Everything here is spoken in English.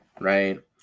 right